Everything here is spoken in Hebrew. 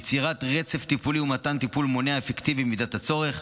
יצירת רצף טיפולי ומתן טיפול מונע אפקטיבי במידת הצורך.